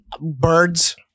birds